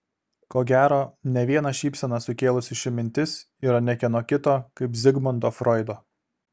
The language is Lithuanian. ko gero ne vieną šypseną sukėlusi ši mintis yra ne kieno kito kaip zigmundo froido